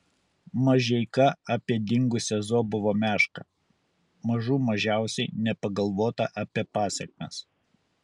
mažeika apie dingusią zobovo mešką mažų mažiausiai nepagalvota apie pasekmes